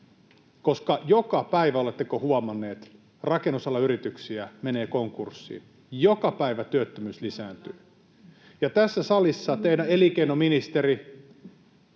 koska joka päivä, oletteko huomannut, rakennusalan yrityksiä menee konkurssiin ja joka päivä työttömyys lisääntyy. Tässä salissa teidän elinkeinoministerinne